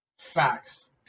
Facts